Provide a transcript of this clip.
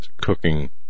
cooking